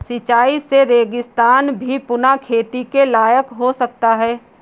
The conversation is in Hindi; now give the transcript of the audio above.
सिंचाई से रेगिस्तान भी पुनः खेती के लायक हो सकता है